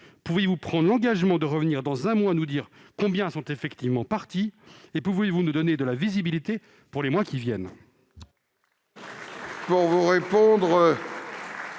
Pouvez-vous prendre l'engagement de revenir dans un mois nous dire combien d'entre eux sont effectivement partis ? Et pouvez-vous nous donner de la visibilité pour les mois qui viennent ?